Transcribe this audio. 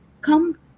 come